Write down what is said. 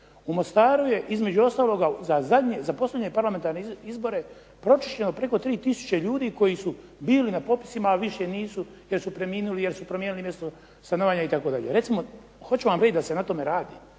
u Mostaru je između ostaloga za posljednje parlamentarne izbore pročišćeno preko 3 tisuće ljudi koji su bili na popisima, a više nisu, jer su preminuli, jer su promijenili mjesto stanovanja itd. Recimo hoću vam reći da se na tome radi.